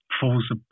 falls